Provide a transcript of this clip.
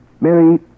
Mary